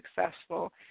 successful